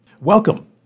Welcome